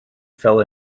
fell